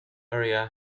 area